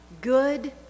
good